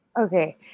Okay